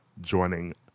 joining